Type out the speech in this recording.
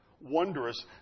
wondrous